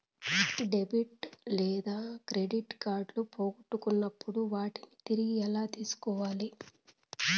debit లేదా credit కార్డులు పోగొట్టుకున్నప్పుడు వాటిని తిరిగి ఎలా తీసుకోవాలి